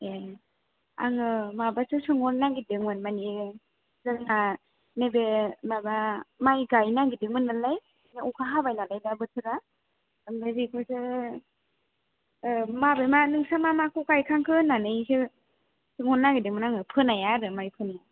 ए आङो माबासो सोंहरनो नागेरदोंमोन मानि जोंना नैबे माबा माइ गायनो नागेरदोंमोन नालाय बे अखा हाबायनालाय दा बोथोरा आमफ्राय बेखौसो मारै मारै नोंस्रा माखौ गायखांखो होननानैसो सोंहरनो नागेरदोंमोन आङो फोनाया आरो माइ फोनाया